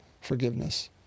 forgiveness